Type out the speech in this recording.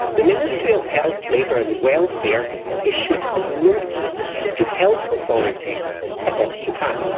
the ministry of health, labour and welfare issued a notice to health authorities across japan.